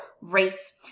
race